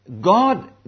God